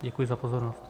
Děkuji za pozornost.